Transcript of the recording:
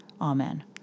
Amen